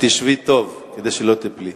ותשבי טוב, כדי שלא תיפלי: